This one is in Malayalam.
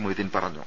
മൊയ്തീൻ പറഞ്ഞു